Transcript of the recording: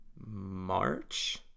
march